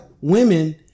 women